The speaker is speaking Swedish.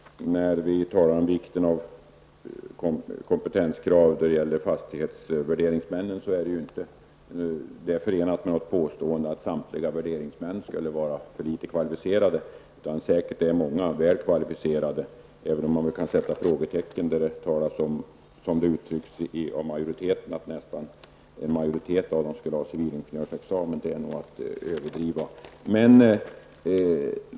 Herr talman! När vi talar om vikten av kompetenskrav då det gäller fastighetsvärderingsmännen är det inte förenat med något påstående att samtliga värderingsmän skulle vara för litet kvalificerade. Många är säkert väl kvalificerade även om man kan sätta frågetecken när utskottsmajoriteten uttrycker att en majoritet av dem skulle ha civilingenjörsexamen. Det är nog en överdrift.